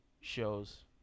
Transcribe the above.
shows